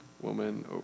woman